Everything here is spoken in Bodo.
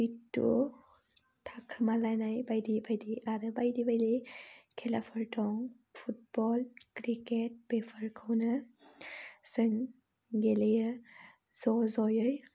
पिट्टु थाखोमालायनाय बायदि बायदि आरो बायदि बायदि खेलाफोर दं फुटबल क्रिकेट बेफोरखौनो जों गेलेयो ज' ज'यै